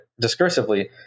discursively